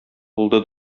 булды